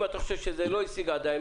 אם אתה חושב שזה לא השיג עדיין את היעד,